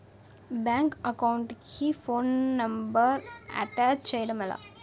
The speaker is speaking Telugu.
బ్యాంక్ అకౌంట్ కి ఫోన్ నంబర్ అటాచ్ చేయడం ఎలా?